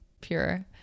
pure